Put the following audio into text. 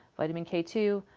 vitamin k two,